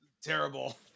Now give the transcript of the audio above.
Terrible